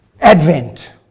advent